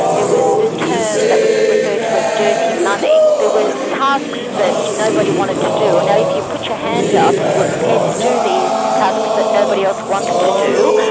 there was this term that was referred ah to as dirty money. there were tasks that nobody wanted to do, and that if you put your hand up and you were prepared to do these tasks that nobody else wanted to do,